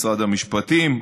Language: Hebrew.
משרד המשפטים,